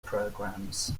programs